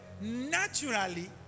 naturally